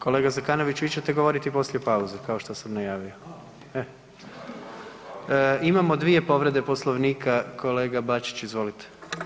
Kolega Zekanović, vi ćete govoriti poslije pauze, kao što sam najavio, e. Imamo dvije povrede Poslovnika, kolega Bačić, izvolite.